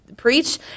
preach